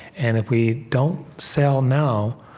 and if we don't sell now,